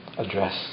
Address